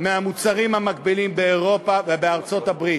ממחירי המוצרים המקבילים באירופה ובארצות-הברית.